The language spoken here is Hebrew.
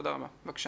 בבקשה.